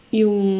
yung